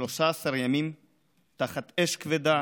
13 ימים תחת אש כבדה